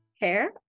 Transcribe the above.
hair